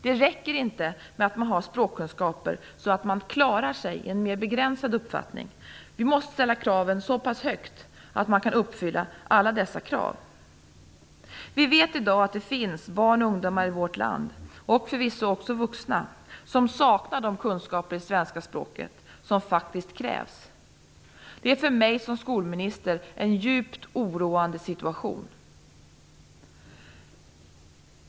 Det räcker inte att man har språkkunskaper så att man klarar sig i mer begränsad omfattning - man måste kunna uppfylla alla dessa krav. Vi vet i dag att det i vårt land finns barn och ungdomar - och förvisso också vuxna - som saknar de kunskaper i svenska språket som faktiskt krävs. Det är för mig som skolminister en djupt oroande situation.